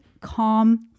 calm